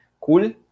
Cool